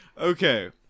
Okay